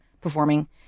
performing